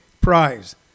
prize